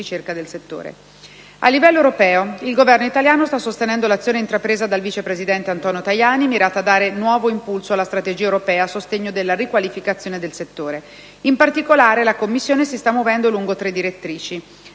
A livello europeo il Governo italiano sta sostenendo l'azione intrapresa dal vice presidente Antonio Tajani mirata a dare nuovo impulso alla strategia europea a sostegno della riqualificazione del settore. In particolare, la Commissione si sta muovendo lungo tre direttrici: